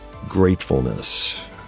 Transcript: gratefulness